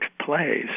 plays